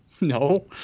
no